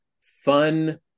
fun